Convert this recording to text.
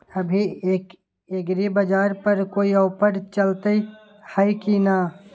अभी एग्रीबाजार पर कोई ऑफर चलतई हई की न?